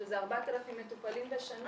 שזה 4000 מטופלים בשנה,